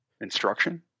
instruction